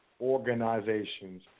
organizations